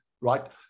right